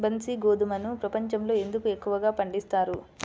బన్సీ గోధుమను ప్రపంచంలో ఎందుకు ఎక్కువగా పండిస్తారు?